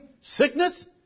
sickness